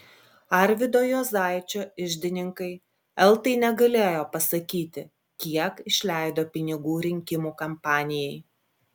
arvydo juozaičio iždininkai eltai negalėjo pasakyti kiek išleido pinigų rinkimų kampanijai